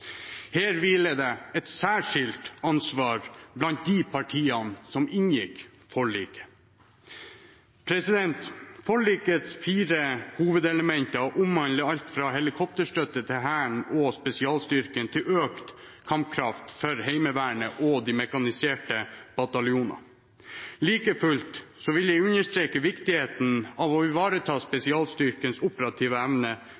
Her hviler det et særskilt ansvar blant de partiene som inngikk forliket. Forlikets fire hovedelementer omhandler alt fra helikopterstøtte til Hæren og spesialstyrken til økt kampkraft for Heimevernet og de mekaniserte bataljonene. Like fullt vil jeg understreke viktigheten av å ivareta spesialstyrkens operative evne